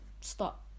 stop